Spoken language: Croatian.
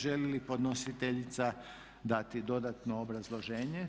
Želi li podnositeljica dati dodatno obrazloženje?